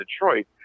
Detroit